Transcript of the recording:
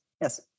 yes